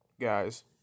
guys